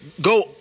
go